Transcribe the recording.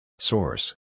Source